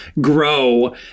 grow